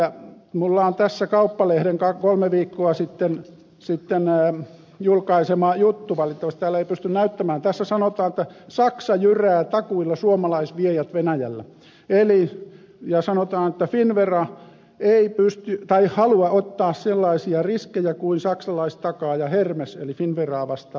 minulla on tässä kauppalehden kolme viikkoa sitten julkaisema juttu valitettavasti täällä ei pysty sitä näyttämään jossa sanotaan että saksa jyrää takuilla suomalaisviejät venäjällä ja sanotaan että finnvera ei halua ottaa sellaisia riskejä kuin saksalaistakaaja hermes eli finnveraa vastaava siellä